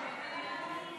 ההצעה להסיר מסדר-היום